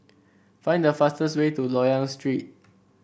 find the fastest way to Loyang Street